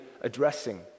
addressing